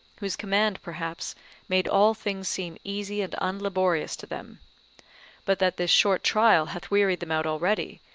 whose command perhaps made all things seem easy and unlaborious to them but that this short trial hath wearied them out already,